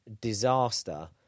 disaster